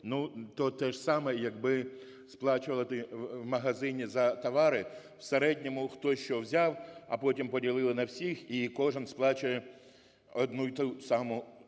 те ж саме, як би сплачувати в магазині за товари в середньому, хто що взяв, а потім поділили на всіх і кожен сплачує одну й ту саму